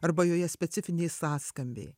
arba joje specifiniai sąskambiai